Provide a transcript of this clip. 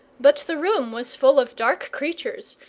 but the room was full of dark creatures,